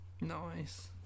Nice